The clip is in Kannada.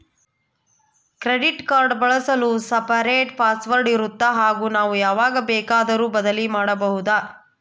ಕ್ರೆಡಿಟ್ ಕಾರ್ಡ್ ಬಳಸಲು ಸಪರೇಟ್ ಪಾಸ್ ವರ್ಡ್ ಇರುತ್ತಾ ಹಾಗೂ ನಾವು ಯಾವಾಗ ಬೇಕಾದರೂ ಬದಲಿ ಮಾಡಬಹುದಾ?